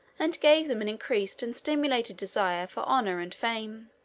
and gave them an increased and stimulated desire for honor and fame.